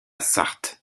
sarthe